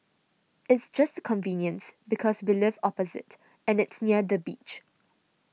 it's just the convenience because we live opposite and it's near the beach